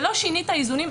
שלא שינית איזונים.